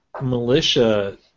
militia